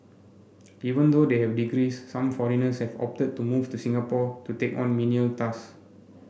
even though they have degrees some foreigners have opted to move to Singapore to take on menial task